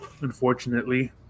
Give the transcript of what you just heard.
unfortunately